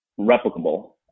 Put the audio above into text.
replicable